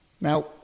Now